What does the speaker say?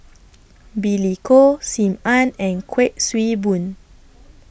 Billy Koh SIM Ann and Kuik Swee Boon